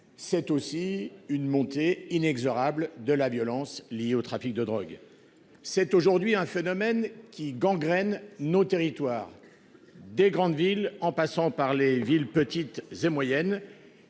C'est aussi une montée inexorable de la violence liée au trafic de drogue. C'est aujourd'hui un phénomène qui gangrène nos territoires des grandes villes en passant par les villes petites et moyennes.